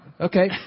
okay